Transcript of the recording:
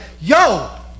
yo